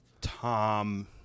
Tom